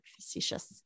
facetious